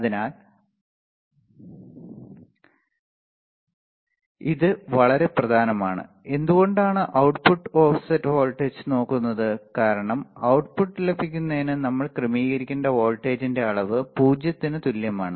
അതിനാൽ ഇത് വളരെ പ്രധാനമാണ് എന്തുകൊണ്ടാണ് output ഓഫ്സെറ്റ് വോൾട്ടേജ് നോക്കുന്നതു കാരണം output ലഭിക്കുന്നതിന് നമ്മൾ ക്രമീകരിക്കേണ്ട വോൾട്ടേജിന്റെ അളവ് 0 ന് തുല്യമാണ്